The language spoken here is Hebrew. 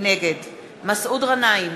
נגד מסעוד גנאים,